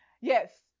Yes